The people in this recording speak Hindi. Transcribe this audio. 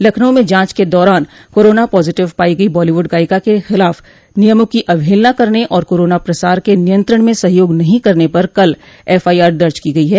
लखनऊ में जांच के दौरान कोरोना पॉजिटिव पाई गई बॉलीवुड गायिका के खिलाफ नियमों की अवहेलना करने और कोरोना प्रसार के नियंत्रण में सहयोग नहीं करने पर कल एफआईआर दर्ज की गई है